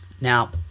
Now